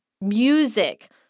music